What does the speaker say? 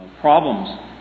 problems